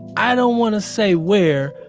i don't want to say where,